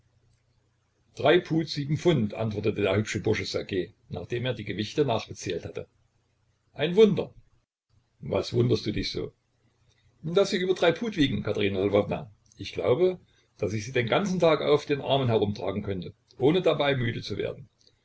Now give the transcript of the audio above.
pfund antwortete der hübsche bursche ssergej nachdem er die gewichte nachgezählt hatte ein wunder was wunderst du dich so daß sie über drei pud wiegen katerina lwowna ich glaube daß ich sie den ganzen tag auf den armen herumtragen könnte ohne dabei müde zu werden